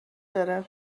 داره